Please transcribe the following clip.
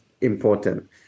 important